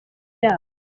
yabo